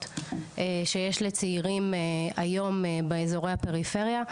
שיש לצעירים היום באזורי הפריפריה,